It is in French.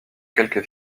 quelques